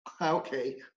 okay